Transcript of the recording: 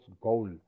goal